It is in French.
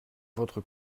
votre